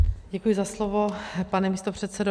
Děkuji za slovo, pane místopředsedo.